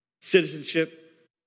citizenship